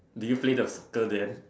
do you play the soccer then